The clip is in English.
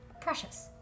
Precious